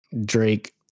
Drake